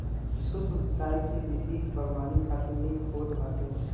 सूक्ष्म सिंचाई के विधि बागवानी खातिर निक होत बाटे